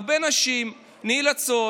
הרבה נשים נאלצות